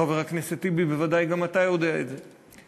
חבר הכנסת טיבי, בוודאי גם אתה יודע את זה.